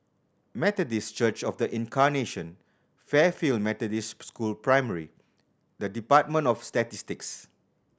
Methodist Church Of The Incarnation Fairfield Methodist School Primary and Department of Statistics